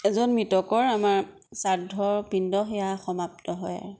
এজন মৃতকৰ আমাৰ শ্ৰাদ্ধ পিণ্ড সেয়া সমাপ্ত হয় আৰু